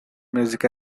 music